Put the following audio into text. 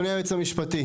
אדוני היועץ המשפטי,